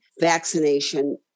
vaccination